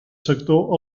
sector